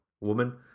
woman